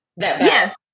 Yes